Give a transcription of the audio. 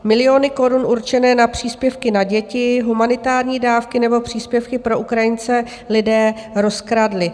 Miliony korun určené na příspěvky na děti, humanitární dávky nebo příspěvky pro Ukrajince lidé rozkradli.